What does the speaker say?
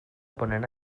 ponent